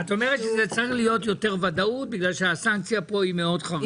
אומרת שצריכה להיות יותר ודאות כיוון שהסנקציה כאן היא מאוד חריפה.